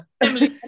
Emily